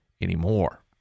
anymore